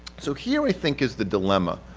so here i think is the dilemma,